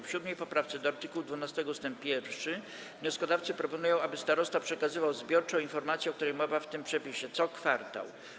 W 7. poprawce do art. 12 ust. 1 wnioskodawcy proponują, aby starosta przekazywał zbiorczą informację, o której mowa w tym przepisie, co kwartał.